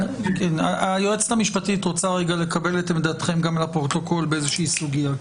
היועצת המשפטית רוצה לקבל את עמדתכם גם לפרוטוקול באיזושהי סוגיה.